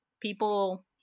people